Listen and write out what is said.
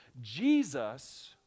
Jesus